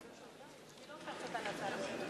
אני לא הופכת אותה להצעה לסדר-היום.